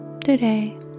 today